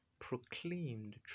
proclaimed